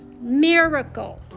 miracle